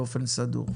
באופן סדור.